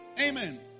Amen